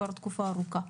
כבר תקופה ארוכה.